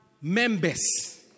members